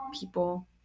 people